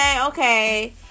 Okay